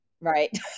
right